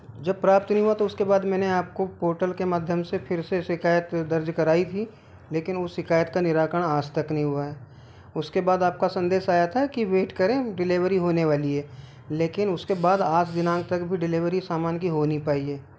जब प्राप्त नहीं हुआ तो उसके बाद मैंने आपको पोर्टल के माध्यम से फिर से शिकायत दर्ज कराई थी लेकिन उस शिकायत का निराकरण आज तक नहीं हुआ है उसके बाद आपका संदेश आया था कि वेट करें डिलिवरी होने वाली है लेकिन उसके बाद आज दिनांक तक भी डिलिवरी सामान की हो नहीं पाई है